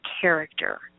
character